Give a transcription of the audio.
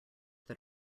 that